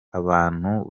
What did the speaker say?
kandi